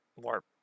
more